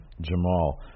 Jamal